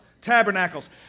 Tabernacles